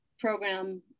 program